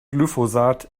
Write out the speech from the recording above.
glyphosat